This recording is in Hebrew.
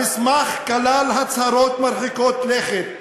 המסמך כלל הצהרות מרחיקות לכת